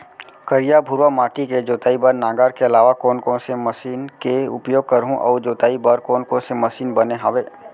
करिया, भुरवा माटी के जोताई बर नांगर के अलावा कोन कोन से मशीन के उपयोग करहुं अऊ जोताई बर कोन कोन से मशीन बने हावे?